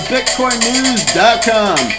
BitcoinNews.com